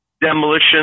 demolition